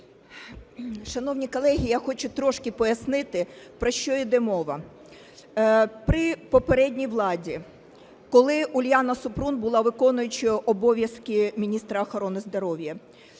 Шановні колеги, я хочу трошки пояснити, про що йде мова. При попередній владі, коли Уляна Супрун була виконуючою обов'язки міністра охорони здоров'я,